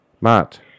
Matt